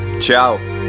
Ciao